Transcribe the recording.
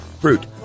fruit